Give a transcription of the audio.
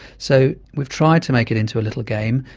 so we've tried to make it into a little game.